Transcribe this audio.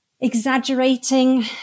exaggerating